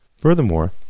Furthermore